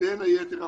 בין היתר פקס.